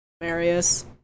Marius